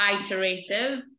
iterative